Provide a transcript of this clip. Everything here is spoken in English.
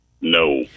No